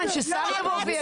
לא עמד שר.